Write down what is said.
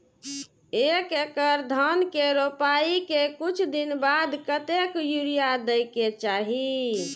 एक एकड़ धान के रोपाई के कुछ दिन बाद कतेक यूरिया दे के चाही?